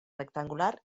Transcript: rectangular